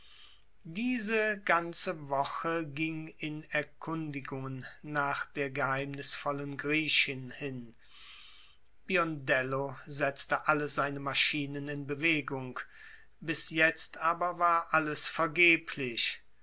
diese ganze woche ging in erkundigungen nach der geheimnisvollen griechin hin biondello setzte alle seine maschinen in bewegung bis jetzt aber war alles vergeblich